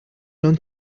non